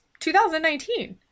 2019